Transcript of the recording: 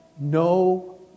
no